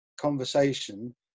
conversation